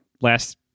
last